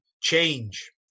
change